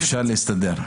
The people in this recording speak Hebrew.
אפשר להסתדר,